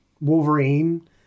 wolverine